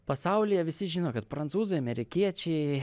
pasaulyje visi žino kad prancūzai amerikiečiai